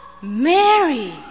Mary